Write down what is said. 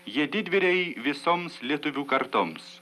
jie didvyriai visoms lietuvių kartoms